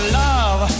love